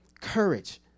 courage